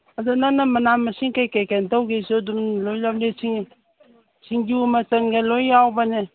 ꯑꯗ ꯅꯪꯅ ꯃꯅꯥ ꯃꯁꯤꯡ ꯀꯔꯤ ꯀꯔꯤ ꯀꯩꯅꯣꯒꯁꯨ ꯑꯗꯨꯝ ꯂꯣꯏ ꯁꯤꯡꯖꯨ ꯃꯆꯜꯒꯅ ꯂꯣꯏꯅ ꯌꯥꯎꯕꯅꯦ